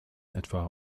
etwa